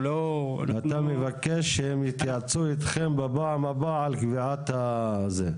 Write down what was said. אתה מבקש שהם יתייעצו אתכם בפעם הבאה על קביעת הזה.